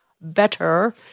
better